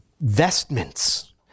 vestments